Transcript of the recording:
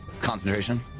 Concentration